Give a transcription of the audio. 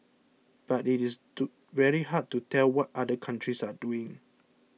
but it is to very hard to tell what other countries are doing